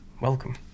Welcome